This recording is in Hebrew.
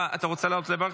אתה רוצה לעלות לברך?